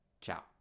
Ciao